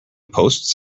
posts